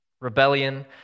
Rebellion